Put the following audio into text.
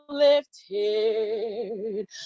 lifted